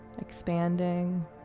expanding